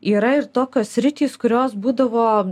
yra ir tokios sritys kurios būdavo